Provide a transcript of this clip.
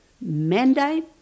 mandate